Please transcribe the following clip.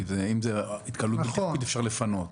כי אם זאת התקהלות בלתי חוקית אפשר לפנות.